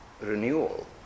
renewal